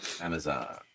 Amazon